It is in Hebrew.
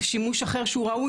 משימוש אחר שיכול להיות שהוא ראוי